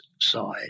side